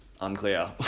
unclear